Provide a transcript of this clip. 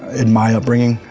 in my upbringing,